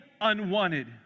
unwanted